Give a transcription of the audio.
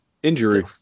Injury